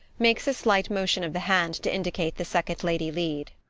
makes a slight motion of the hand to indicate the second lady lead.